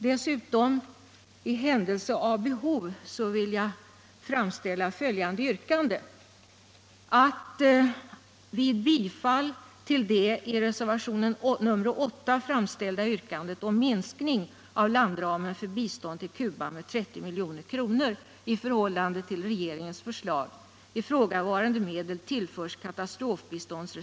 Dessutom, i händelse av behov, vill jag framställa följande yrkande: